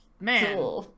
Man